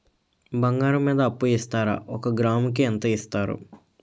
బంగారం మీద అప్పు ఇస్తారా? ఒక గ్రాము కి ఎంత ఇస్తారు?